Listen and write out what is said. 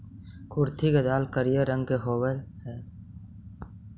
कुर्थी के दाल करिया रंग के होब हई